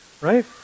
right